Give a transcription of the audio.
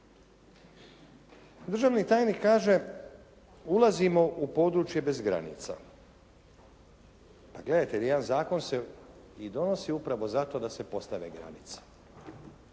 Državni tajnik kaže: Ulazimo u područje bez granica. Pa gledajte jedan zakon se i donosi upravo zato da se postave granice.